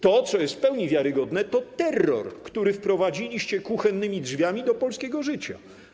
To, co jest w pełni wiarygodne, to terror, który wprowadziliście kuchennymi drzwiami do polskiego życia.